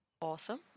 awesome